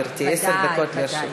בבקשה, עשר דקות לרשותך.